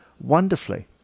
wonderfully